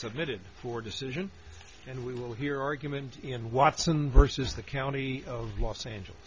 submitted for decision and we will hear argument in watson versus the county of los angeles